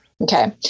Okay